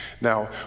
Now